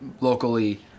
locally